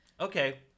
okay